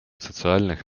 социальных